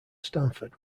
stanford